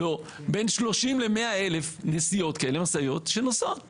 בין 30,000 ל-100,000 נסיעות כאלה, משאיות שנוסעות